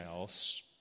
else